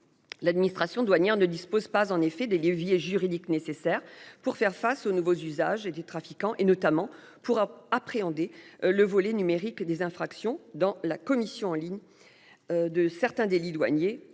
L'administration douanière ne dispose pas en effet des leviers juridiques nécessaires pour faire face aux nouveaux usages et des trafiquants et notamment pour appréhender le volet numérique des infractions dans la commission en ligne. De certains délits douaniers